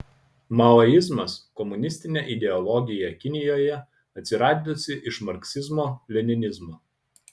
maoizmas komunistinė ideologija kinijoje atsiradusi iš marksizmo leninizmo